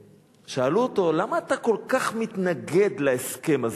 שאל אותו: למה אתה כל כך מתנגד להסכם הזה?